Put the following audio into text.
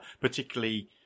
particularly